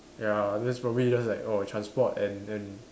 ya that's probably just like oh transport and then